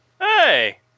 Hey